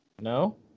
No